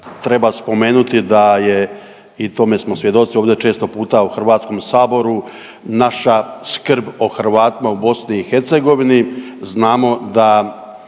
treba spomenuti da je i tome smo svjedoci ovdje često puta u Hrvatskom saboru, naša skrb o Hrvatima u BIH. Znamo da